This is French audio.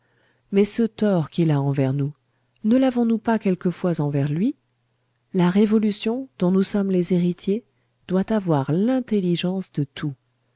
mais ce tort qu'il a envers nous ne lavons nous pas quelquefois envers lui la révolution dont nous sommes les héritiers doit avoir l'intelligence de tout